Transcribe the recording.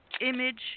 image